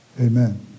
Amen